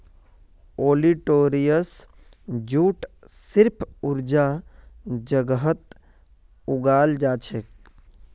olitorius jute सिर्फ ऊंचा जगहत उगाल जाछेक